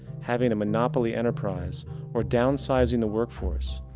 having a monopoly enterprise or downsizing the workforce,